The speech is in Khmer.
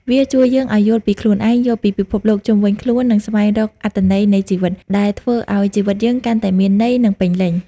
វាជួយយើងឱ្យយល់ពីខ្លួនឯង យល់ពីពិភពលោកជុំវិញខ្លួន និងស្វែងរកអត្ថន័យនៃជីវិត ដែលធ្វើឱ្យជីវិតយើងកាន់តែមានន័យ និងពេញលេញ។